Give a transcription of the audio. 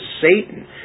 Satan